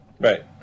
Right